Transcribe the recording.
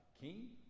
king